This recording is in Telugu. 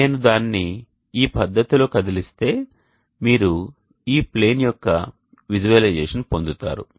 నేను దానిని ఈ పద్ధతిలో కదిలిస్తే మీరు ఈ ప్లేన్ యొక్క విజువలైజేషన్ పొందుతారు